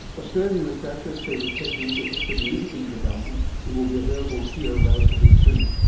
australian researchers say the technique is a significant development and will be available here relatively soon,